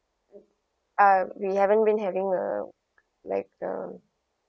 uh we haven't been having a like a